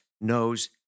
knows